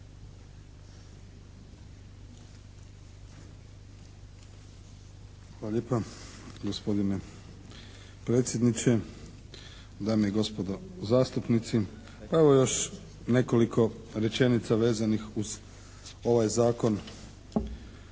Hvala lijepa gospodine predsjedniče, dame i gospodo zastupnici. Pa evo još nekoliko rečenica vezanih uz ovaj Zakon.